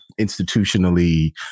institutionally